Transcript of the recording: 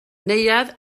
neuadd